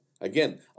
Again